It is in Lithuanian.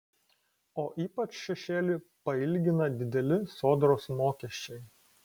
o ypač šešėlį pailgina dideli sodros mokesčiai